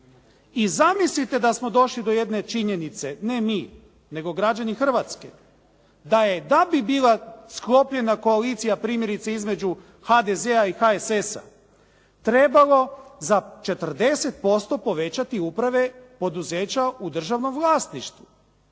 I zamislite da smo došli do jedne činjenice, ne mi nego građani Hrvatske da je da bi bila sklopljena koalicija primjerice između HDZ-a i HSS-a trebalo za 40% povećati uprave poduzeća u državnom vlasništvu.